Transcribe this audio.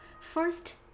first